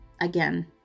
Again